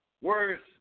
words